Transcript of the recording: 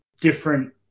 different